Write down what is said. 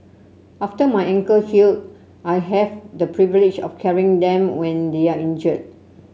after my ankle healed I had the privilege of carrying them when they are injured